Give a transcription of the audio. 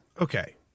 okay